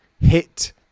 hit